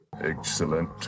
Excellent